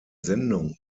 sendung